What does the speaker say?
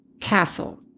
Castle